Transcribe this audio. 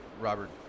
Robert